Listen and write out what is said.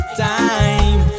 time